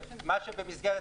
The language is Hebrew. אני בא להגיד מה בסמכותנו.